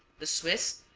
the swiss,